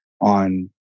on